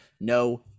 no